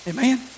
Amen